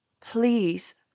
please